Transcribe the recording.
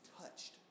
touched